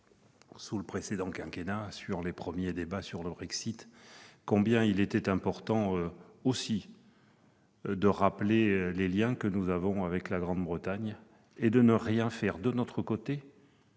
sous le précédent quinquennat, lors des premiers débats sur le Brexit, combien il était important aussi de rappeler les liens que nous avons avec la Grande-Bretagne et de ne rien faire, de notre côté,